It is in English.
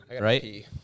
right